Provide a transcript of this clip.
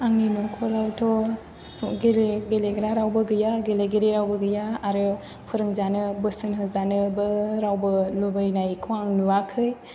आंनि नखरावथ' गेले गेलेग्रा रावबो गैया गेलेगिरिया रावबो गैया आरो फोरोंजानो बोसोन होजानोबो रावबो लुबैनायखौ आं नुवाखै